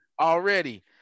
already